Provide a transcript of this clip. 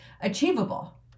Achievable